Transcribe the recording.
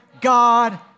God